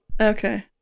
Okay